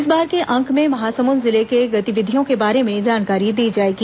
इस बार के अंक में महासमुद जिले की गतिविधियों के बारे में जानकारी दी जाएगी